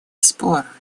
спора